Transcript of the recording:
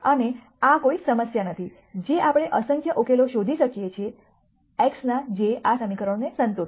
અને આ કોઈ સમસ્યા નથી જે આપણે અસંખ્ય ઉકેલો શોધી શકીએ છીએ x ના જે આ સમીકરણોને સંતોષશે